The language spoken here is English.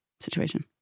situation